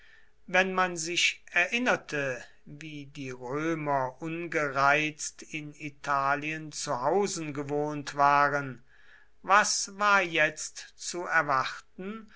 wenn man sich erinnerte wie die römer ungereizt in italien zu hausen gewohnt waren was war jetzt zu erwarten